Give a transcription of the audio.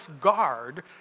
guard